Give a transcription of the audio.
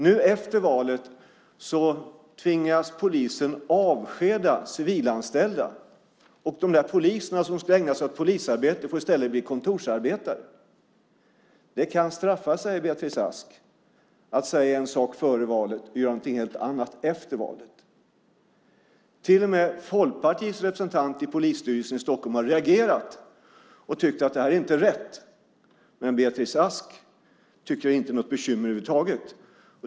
Nu, efter valet, tvingas polisen avskeda civilanställda. De där poliserna som skulle ägna sig åt polisarbete får i stället bli kontorsarbetare. Det kan straffa sig, Beatrice Ask, att säga en sak före valet och göra någonting helt annat efter valet. Till och med Folkpartiets representant i Polisstyrelsen i Stockholm har reagerat och tyckt att det inte är rätt. Men Beatrice Ask tycker inte att det är något bekymmer över huvud taget.